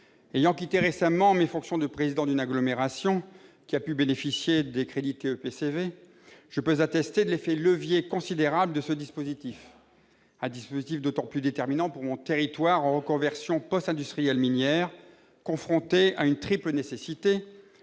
Ayant quitté récemment mes fonctions de président d'une agglomération qui a pu bénéficier des crédits TEPCV, je peux attester de l'effet de levier considérable de ce dispositif. Un dispositif d'autant plus déterminant pour mon territoire qu'il est en reconversion post-industrielle minière et confronté à une triple nécessité